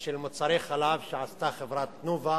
של מוצרי חלב שעשתה חברת "תנובה"